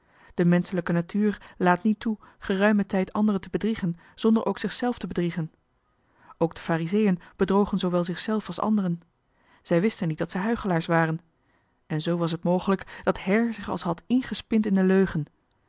de menschelijke natuur laat niet toe geruimen tijd anderen te bedriegen zonder ook zichzelf te bedriegen ook de farizeeën bedrogen zoowel zichzelf als anderen zij wisten niet dat zij huichelaars waren en zoo was het mogelijk dat her zich als had ingespind in de leugen